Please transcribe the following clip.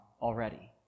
already